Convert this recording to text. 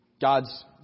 God's